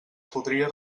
podria